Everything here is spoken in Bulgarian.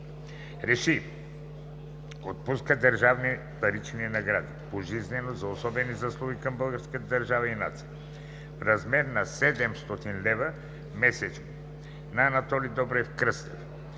1. Отпуска държавни парични награди пожизнено за особени заслуги към българската държава и нацията: а) в размер 700 лв. месечно на: Анатоли Добрев Кръстев